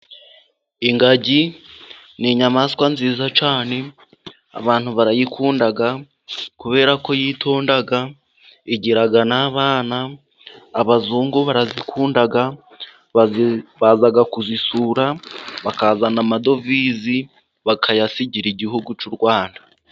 Ingagi ni inyamaswa nziza cyane abantu barayikunda, kubera ko yitonda igira n'abana abazungu barazikundaga, baza kuzisura bakazana amadovize bakayasigira igihugu cy'u Rwanda.